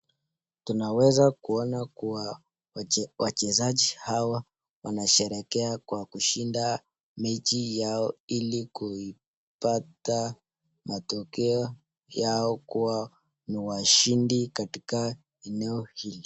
Tunaweza kuona kuwa wachezaji hawa wanasheherekea kwa kushinda mechi yao ilikuipata matokeo yao kuwa ni washindi katika eneo hili.